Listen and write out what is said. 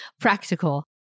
practical